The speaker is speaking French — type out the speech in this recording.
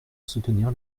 soutenir